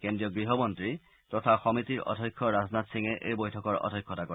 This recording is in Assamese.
ক্ষেন্ৰীয় গৃহমন্নী তথা সমিতিৰ অধ্যক্ষ ৰাজনাথ সিঙে এই বৈঠকৰ অধ্যক্ষতা কৰে